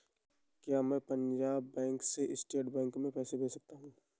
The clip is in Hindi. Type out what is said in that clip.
क्या मैं पंजाब बैंक से स्टेट बैंक में पैसे भेज सकता हूँ?